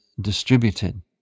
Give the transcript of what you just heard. distributed